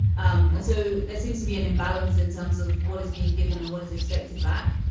um and so there seems to be an imbalance in terms of what is being given and what is expected back.